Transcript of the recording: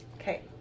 Okay